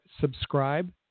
subscribe